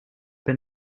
been